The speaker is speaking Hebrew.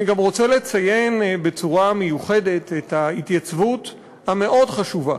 אני גם רוצה לציין בצורה מיוחדת את ההתייצבות המאוד-חשובה